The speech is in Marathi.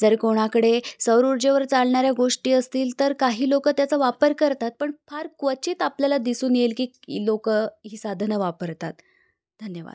जर कोणाकडे सौरउर्जेवर चालणाऱ्या गोष्टी असतील तर काही लोकं त्याचा वापर करतात पण फार क्वचित आपल्याला दिसून येईल की लोकं ही साधनं वापरतात धन्यवाद